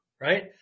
Right